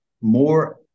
More